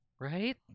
Right